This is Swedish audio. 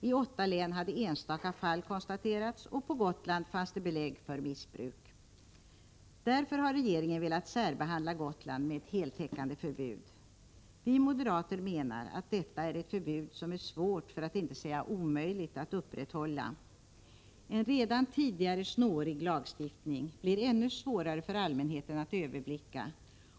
I 8 län hade enstaka fall konstaterats, och på Gotland fanns det belägg för missbruk. Därför har regeringen velat särbehandla Gotland med ett heltäckande förbud. Vi moderater menar att detta är ett förbud som är svårt, för att inte säga omöjligt, att upprätthålla. En redan tidigare snårig lagstiftning blir ännu svårare för allmänheten att överblicka